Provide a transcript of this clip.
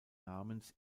namens